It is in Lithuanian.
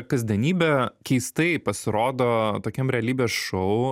kasdienybė keistai pasirodo tokiam realybės šou